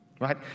Right